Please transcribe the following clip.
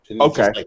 Okay